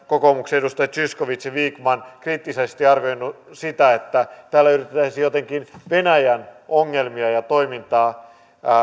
kokoomuksen edustajat zyskowicz ja vikman kriittisesti arvioineet sitä että täällä yritettäisiin jotenkin venäjän ongelmia ja toimintaa